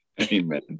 Amen